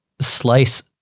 slice